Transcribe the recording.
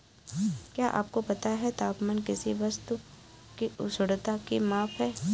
क्या आपको पता है तापमान किसी वस्तु की उष्णता की माप है?